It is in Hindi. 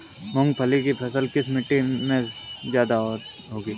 मूंगफली की फसल किस मिट्टी में ज्यादा होगी?